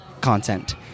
content